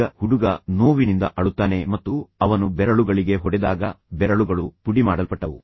ಈಗ ಹುಡುಗ ನೋವಿನಿಂದ ಅಳುತ್ತಾನೆ ಮತ್ತು ಅವನು ಬೆರಳುಗಳಿಗೆ ಹೊಡೆದಾಗ ಬೆರಳುಗಳು ಪುಡಿಮಾಡಲ್ಪಟ್ಟವು